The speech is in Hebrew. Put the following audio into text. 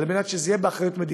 כדי שזה יהיה באחריות המדינה.